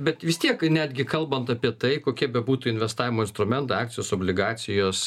bet vis tiek netgi kalbant apie tai kokie bebūtų investavimo instrumentai akcijos obligacijos